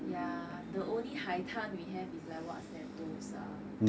ya the only 海滩 we have is like what sentosa